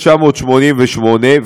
התשמ"ח-1988,